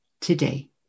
today